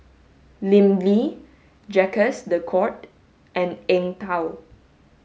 Lim Lee Jacques de Coutre and Eng Tow